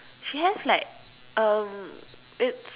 she has like um it's